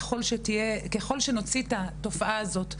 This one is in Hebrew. ככל שנוציא את התופעה הזאת מהמחשכים,